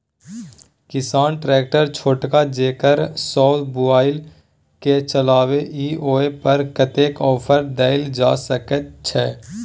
किसान ट्रैक्टर छोटका जेकरा सौ बुईल के चलबे इ ओय पर कतेक ऑफर दैल जा सकेत छै?